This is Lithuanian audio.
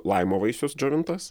laimo vaisius džiovintas